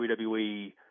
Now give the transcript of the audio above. WWE